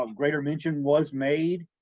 ah greater mention was made.